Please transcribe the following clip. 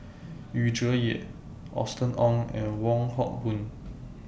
Yu Zhuye Austen Ong and Wong Hock Boon